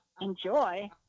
enjoy